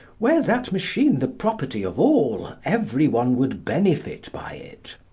were that machine the property of all, every one would benefit by it.